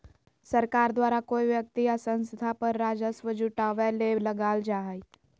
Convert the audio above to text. सरकार द्वारा कोय व्यक्ति या संस्था पर राजस्व जुटावय ले लगाल जा हइ